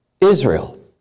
Israel